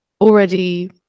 already